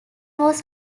was